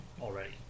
already